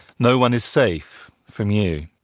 no one is safe from you.